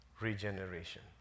regeneration